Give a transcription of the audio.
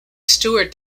stewart